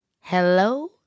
hello